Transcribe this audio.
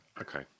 Okay